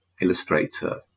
illustrator